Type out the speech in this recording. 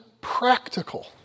practical